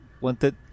wanted